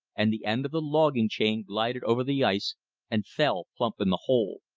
and the end of the logging chain glided over the ice and fell plump in the hole.